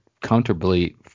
comfortably